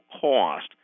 cost